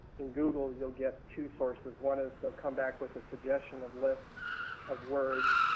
in google, youill get two sources, one is theyill come back with a suggestion of lists of words.